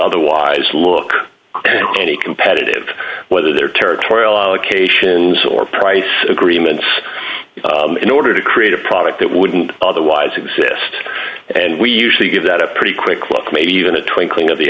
otherwise look any competitive whether they're territorial allocations or price agreements in order to create a product that wouldn't otherwise exist and we usually give that a pretty quick look maybe even a twinkling of the